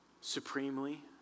Supremely